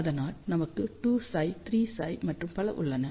அதனால் நமக்கு 2ψ 3ψ மற்றும் பல உள்ளன